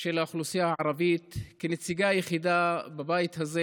של האוכלוסייה הערבית כנציגה יחידה בבית הזה